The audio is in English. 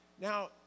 Now